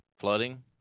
Flooding